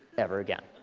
ever again.